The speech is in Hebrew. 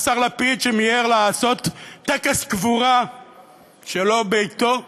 והשר לפיד שמיהר לעשות טקס קבורה שלא בעתו.